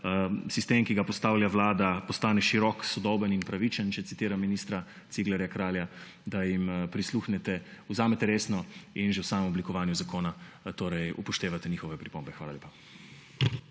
sistem, ki ga postavlja vlada, postane »širok, sodoben in pravičen«, če citiram ministra Ciglerja Kralja, da jim prisluhnete, vzamete resno in že v samem oblikovanju zakona upoštevate njihove pripombe. Hvala lepa.